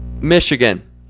Michigan